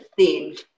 themed